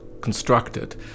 constructed